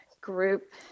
group